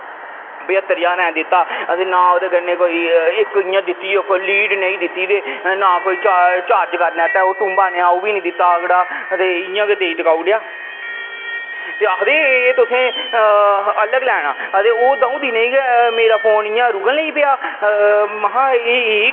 ते पजहत्तर ज्हारें दा दित्ता ते ना ओह्दे कन्नै कोई इक्क ओह् इयां दित्ती कोई लीड नेईं दित्ती ते ना कोई चार्ज 'करने आस्तै ओह् टूंबा निहा ओह्बी निं दित्ता अगड़ा ते इ'यां गै देई टकाई ओड़ेआ ते आखदे एह् तुसें अलग लैना ते ओह् दऊं दिनें ई गै मेरा फोन इयां रुकन लगी पेआ महां एह्